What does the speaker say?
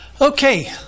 Okay